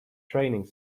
training